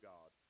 God